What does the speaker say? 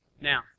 Now